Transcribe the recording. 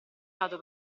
aiuto